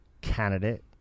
candidate